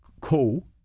call